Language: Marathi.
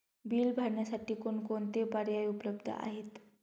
बिल भरण्यासाठी कोणकोणते पर्याय उपलब्ध आहेत?